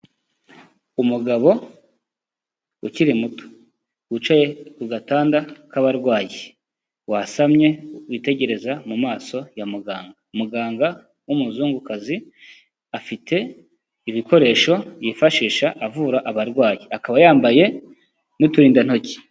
Umugabo ukiri muto. Wicaye ku gatanda k'abarwayi. Wasamye witegereza mu maso ya muganga. Muganga w'umuzungukazi, afite ibikoresho yifashisha avura abarwayi. Akaba yambaye n'uturindantoki.